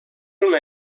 una